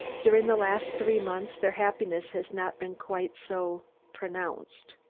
during the last three months their happiness has not been quite so pronounced.